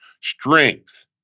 Strength